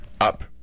up